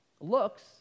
Looks